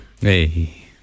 Hey